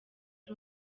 ari